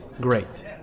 Great